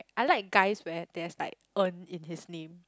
I like guys where there's like En in his name